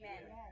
Amen